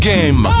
Game